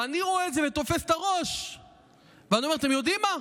ואני רואה את זה ותופס את הראש ואומר: אתם יודעים מה,